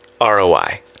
ROI